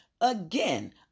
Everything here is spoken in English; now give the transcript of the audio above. Again